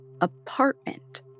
apartment